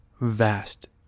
vast